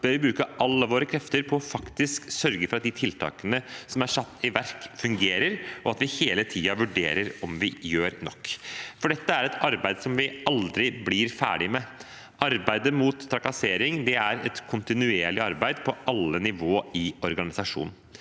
bør vi bruke alle våre krefter på faktisk å sørge for at de tiltakene som er satt i verk, fungerer, og at vi hele tiden vurderer om vi gjør nok. Dette er et arbeid som vi aldri blir ferdige med. Arbeidet mot trakassering er et kontinuerlig arbeid på alle nivåer i organisasjonen.